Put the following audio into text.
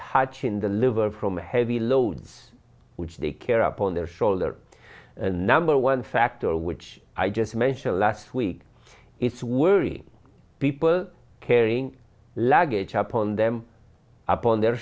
touching the liver from heavy loads which they care upon their shoulder and number one factor which i just mentioned last week is worrying people carrying luggage upon them upon their